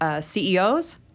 CEOs